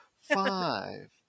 five